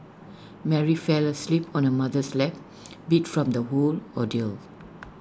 Mary fell asleep on her mother's lap beat from the whole ordeal